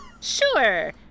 Sure